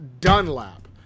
Dunlap